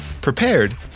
prepared